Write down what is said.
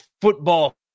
football